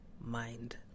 mind